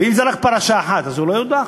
ואם זאת רק פרשה אחת אז הוא לא יודח?